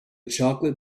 chocolate